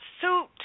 suit